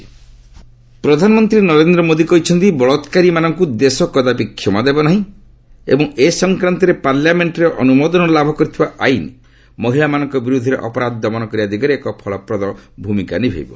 PM Mann Ki Baat ପ୍ରଧାନମନ୍ତ୍ରୀ ନରେନ୍ଦ୍ର ମୋଦି କହିଛନ୍ତି ବଳାକାରୀମାନଙ୍କୁ ଦେଶ କଦାପି କ୍ଷମା ଦେବ ନାହିଁ ଏବଂ ଏ ସଂକ୍ରାନ୍ତରେ ପାର୍ଲାମେଷ୍ଟରେ ଅନୁମୋଦନ ଲାଭ କରିଥିବା ଆଇନ୍ ମହିଳାମାନଙ୍କ ବିରୁଦ୍ଧରେ ଅପରାଧ ଦମନ କରିବା ଦିଗରେ ଏକ ଫଳପ୍ରଦ ଭୂମିକା ନିଭାଇବ